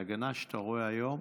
ההגנה שאתה רואה היום,